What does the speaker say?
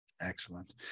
Excellent